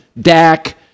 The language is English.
Dak